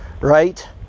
right